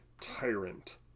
tyrant